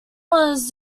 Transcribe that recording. was